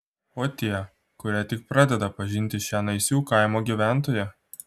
o tie kurie tik pradeda pažinti šią naisių kaimo gyventoją